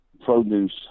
produce